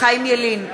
חיים ילין,